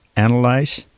analyze,